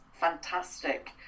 fantastic